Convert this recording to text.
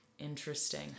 Interesting